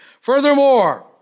Furthermore